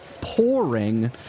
pouring